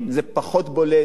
זה פחות בולט.